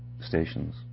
stations